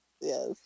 Yes